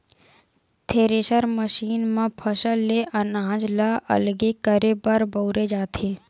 thresher machine म फसल ले अनाज ल अलगे करे बर बउरे जाथे